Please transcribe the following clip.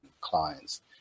clients